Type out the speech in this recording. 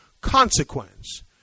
consequence